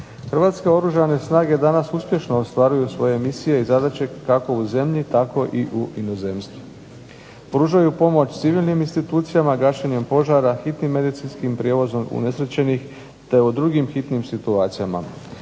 Hrvatske oružane snage danas uspješno ostvaruju svoje misije i zadaće kako u zemlji tako i u inozemstvu. Pružaju pomoć civilnim institucijama gašenjem požara, hitnim medicinskim prijevozom unesrećenih te u drugim hitnim situacijama.